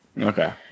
Okay